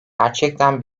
gerçekten